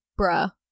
bruh